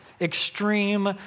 extreme